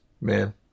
Man